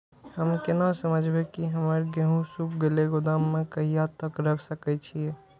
हम केना समझबे की हमर गेहूं सुख गले गोदाम में कहिया तक रख सके छिये?